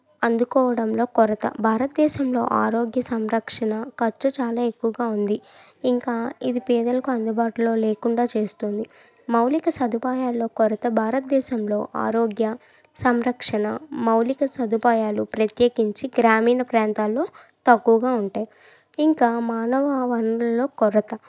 అందుకోవడంలో కొరత భారతదేశంలో ఆరోగ్య సంరక్షణ ఖర్చు చాలా ఎక్కువగా ఉంది ఇంకా ఇది పేదలకు అందుబాటులో లేకుండా చేస్తుంది మౌలిక సదుపాయాల్లో కొరత భారతదేశంలో ఆరోగ్య సంరక్షణ మౌలిక సదుపాయాలు ప్రత్యేకించి గ్రామీణ ప్రాంతాల్లో తక్కువగా ఉంటాయి ఇంకా మానవ వనరుల కొరత